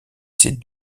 ces